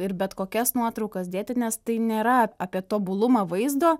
ir bet kokias nuotraukas dėti nes tai nėra apie tobulumą vaizdo